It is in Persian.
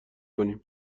کنیم